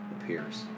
appears